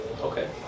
okay